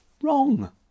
Wrong